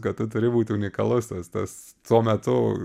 kad turi būt unikalus tas tas tuo metu